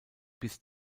bis